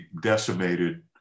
decimated